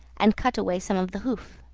and cut away some of the hoof.